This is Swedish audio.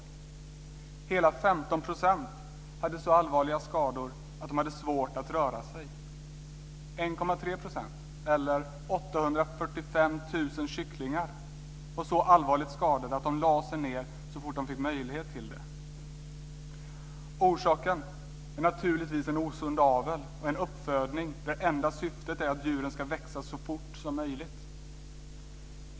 Hela 15 % hade så allvarliga skador att de hade svårt att röra sig. 1,3 % eller 845 000 kycklingar var så allvarligt skadade att de lade sig ned så fort de fick möjlighet till det. Orsaken är naturligtvis en osund avel och en uppfödning där det enda syftet är att djuren ska växa så fort som möjligt.